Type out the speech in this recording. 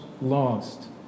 lost